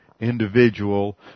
individual